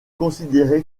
considéré